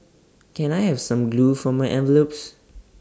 can I have some glue for my envelopes